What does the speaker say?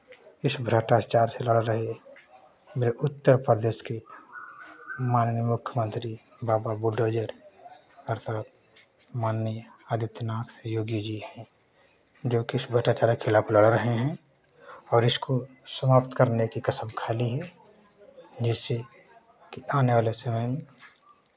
इस भ्रष्टाचार से लड़ रहे मेरे उत्तरप्रदेश के माननीय मुख्यमंत्री बाबा बुलडोज़र माननीय आदित्यनाथ योगी जी हैं जो कि इस भ्रष्टाचार के खिलाफ लड़ रहे हैं और इसको समाप्त करने की कसम खा ली है जिससे कि आने वाले समय में